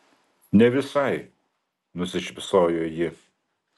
ne visai nusišypsojo ji